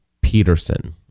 Peterson